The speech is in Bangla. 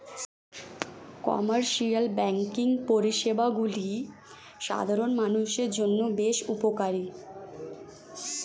কমার্শিয়াল ব্যাঙ্কিং পরিষেবাগুলি সাধারণ মানুষের জন্য বেশ উপকারী